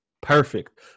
perfect